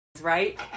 right